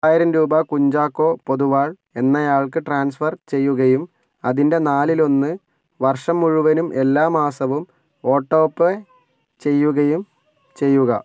ആയിരം രൂപ കുഞ്ചാക്കോ പൊതുവാൾ എന്നയാൾക്ക് ട്രാൻസ്ഫർ ചെയ്യുകയും അതിൻ്റെ നാലിലൊന്ന് വർഷം മുഴുവനും എല്ലാ മാസവും ഓട്ടോപേ ചെയ്യുകയും ചെയ്യുക